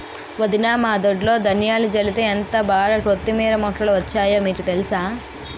వదినా మా దొడ్లో ధనియాలు జల్లితే ఎంటబాగా కొత్తిమీర మొక్కలు వచ్చాయో మీకు తెలుసా?